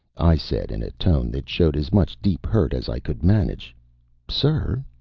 i said, in a tone that showed as much deep hurt as i could manage sir,